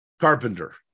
carpenter